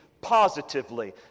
positively